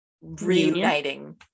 reuniting